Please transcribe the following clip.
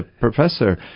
professor